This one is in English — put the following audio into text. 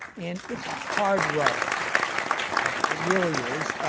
and it's a hard row to hoe. it really is.